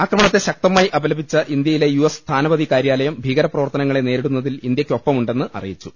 ആക്രമണത്തെ ശക്തമായി അപലപിച്ച ഇന്ത്യയിലെ യു എസ് സ്ഥാനപതി കാര്യാലയം ഭീകരപ്രവർത്തനങ്ങളെ നേരിടുന്നതിൽ ഇന്ത്യക്കൊപ്പമുണ്ടെന്ന് അറി യിച്ചു